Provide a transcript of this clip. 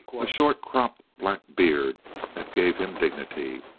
a short-cropped black beard that gave him dignity.